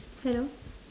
hello